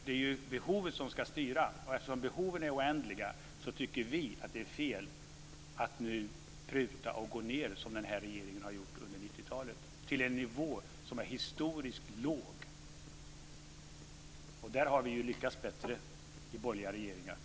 Det är behoven som ska styra, och eftersom behoven är oändliga tycker vi att det är fel att nu pruta och gå ned, som den här regeringen har gjort under 90-talet till en nivå som är historiskt låg. Där har vi ju lyckats bättre i borgerliga regeringar.